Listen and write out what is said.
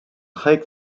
hike